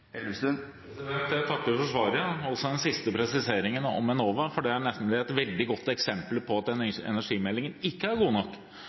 Jeg takker for svaret, også for den siste presiseringen om Enova, for det er et veldig godt eksempel på at energimeldingen ikke er god nok.